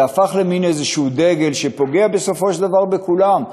זה הפך למין דגל שפוגע בסופו של דבר בכולם,